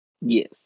Yes